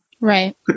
Right